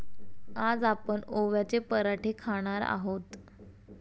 आज आपण ओव्याचे पराठे खाणार आहोत